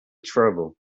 trouble